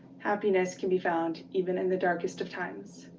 happiness can be found even in the darkest of times,